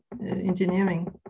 engineering